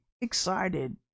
excited